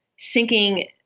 sinking